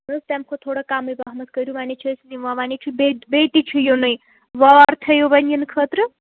نہٕ حظ تَمہِ کھۄتہٕ توڑا کَمٕے پہمَتھ کٔرِو وَنے چھِ أسۍ نِوان وَنے چھِ بیٚیہِ بیٚیہِ تہِ چھُ یِنُے وار تھٲیِو وَنۍ ییٚنہٕ خٲطرٕ